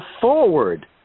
forward